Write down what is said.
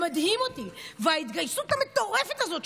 וההתגייסות המטורפת הזאת,